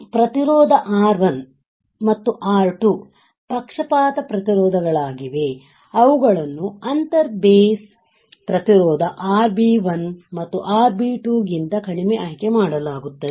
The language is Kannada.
ಪ್ರತಿರೋಧ ಆರ್ 1 ಮತ್ತು ಆರ್ 2 ಪಕ್ಷಪಾತ ಪ್ರತಿರೋಧಕಗಳಾಗಿವೆ ಅವುಗಳನ್ನು ಅಂತರ ಬೇಸ್ ಪ್ರತಿರೋಧ RB 1 ಮತ್ತು RB 2 ಗಿಂತ ಕಡಿಮೆ ಆಯ್ಕೆ ಮಾಡಲಾಗುತ್ತದೆ